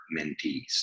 mentees